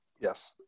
Yes